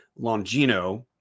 Longino